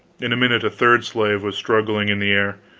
in a minute a third slave was struggling in the air.